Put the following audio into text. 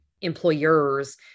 employers